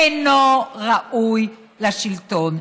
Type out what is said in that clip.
אינו ראוי לשלטון,